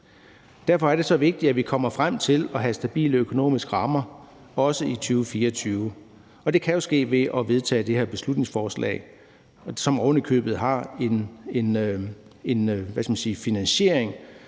Derfor er det så vigtigt, at vi kommer frem til at have stabile økonomiske rammer, også i 2024, og det kan jo ske ved at vedtage det her beslutningsforslag, som ovenikøbet har en finansiering.